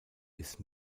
ist